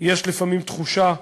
יש לפעמים תחושה,